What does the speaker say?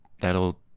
that'll